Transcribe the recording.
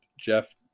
Jeff